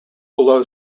below